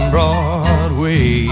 Broadway